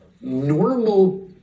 normal